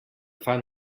fan